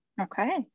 Okay